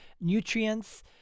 nutrients